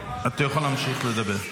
אתה יכול להמשיך לדבר.